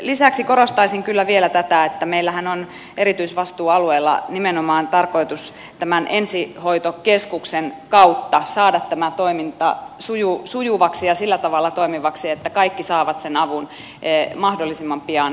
lisäksi korostaisin kyllä vielä tätä että meillähän on erityisvastuualueella nimenomaan tarkoitus tämän ensihoitokeskuksen kautta saada tämä toiminta sujuvaksi ja sillä tavalla toimivaksi että kaikki saavat sen avun mahdollisimman pian